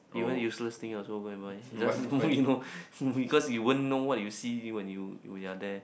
even useless thing I also go and buy it's just window because you won't know what you see when you you're there